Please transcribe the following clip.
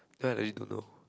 then I legit don't know